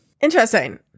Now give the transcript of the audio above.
Interesting